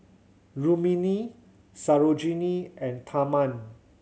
Rrukmini Sarojini and Tharman